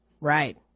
right